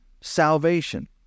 salvation